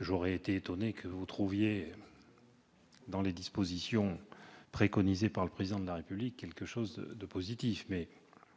j'aurais été étonné que vous trouviez dans les dispositions préconisées par le Président de la République un quelconque point